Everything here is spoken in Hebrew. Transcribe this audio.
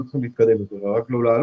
הם לא צריכים להתקדם יותר, רק לא לעלות.